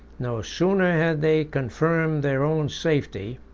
no sooner had they confirmed their own safety,